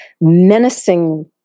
menacing